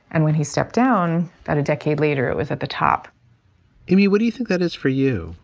and when he stepped down that a decade later it was at the top amy, what do you think that is for you?